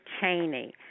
Cheney